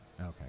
Okay